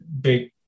big